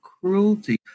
cruelty